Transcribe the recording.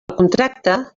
contracte